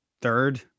third